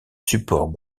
support